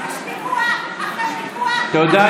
יש פיגוע אחרי פיגוע אחרי פיגוע, הבית של,